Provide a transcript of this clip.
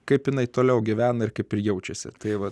kaip jinai toliau gyvena ir kaip ir jaučiasi tai vat